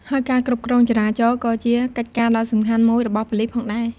ហើយការគ្រប់គ្រងចរាចរណ៍ក៏ជាកិច្ចការដ៏សំខាន់មួយរបស់ប៉ូលីសផងដែរ។